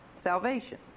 salvation